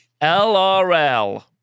LRL